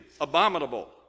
abominable